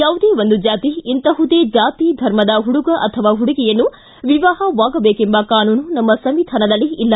ಯಾವುದೇ ಒಂದು ಜಾತಿ ಇಂತಹುದೇ ಜಾತಿ ಧರ್ಮದ ಹುಡುಗ ಅಥವಾ ಹುಡುಗಿಯನ್ನು ವಿವಾಹವಾಗಬೇಕೆಂಬ ಕಾನೂನು ನಮ್ಮ ಸಂವಿಧಾನದಲ್ಲಿ ಇಲ್ಲ